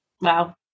Wow